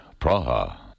Praha